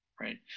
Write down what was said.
right